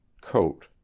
coat